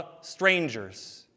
strangers